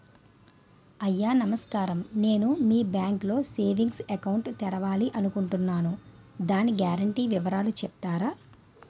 అయ్యా నమస్కారం నేను మీ బ్యాంక్ లో సేవింగ్స్ అకౌంట్ తెరవాలి అనుకుంటున్నాను దాని గ్యారంటీ వివరాలు చెప్తారా?